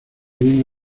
bien